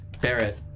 Barrett